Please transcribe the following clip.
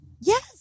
Yes